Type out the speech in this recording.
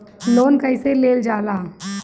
Loan कईसे लेल जाला?